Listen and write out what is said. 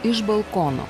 iš balkono